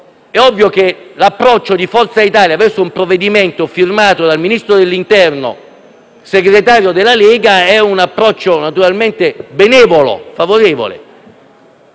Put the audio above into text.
è ovvio che l'approccio di Forza Italia verso un provvedimento firmato dal Ministro dell'interno e segretario della Lega è naturalmente benevolo e favorevole,